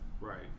Right